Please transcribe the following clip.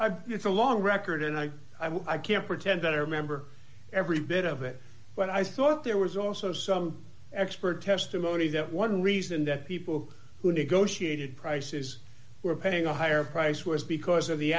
burke it's a long record and i can't pretend that i remember every bit of it when i saw it there was also some expert testimony that one reason that people who negotiated prices were paying a higher price was because of the